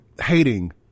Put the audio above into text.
hating